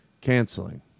canceling